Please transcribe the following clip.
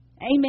Amen